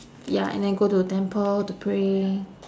ya and then go to temple to pray